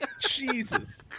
Jesus